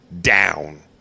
down